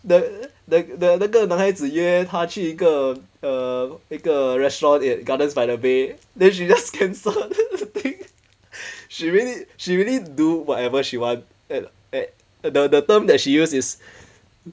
the the the the 男孩子约她去一个 or 一个 restaurant at gardens by the bay then she just can't pick she really she really do whatever she was at at the term that she used is